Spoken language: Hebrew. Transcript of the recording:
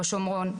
בשומרון,